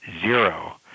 zero